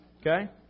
Okay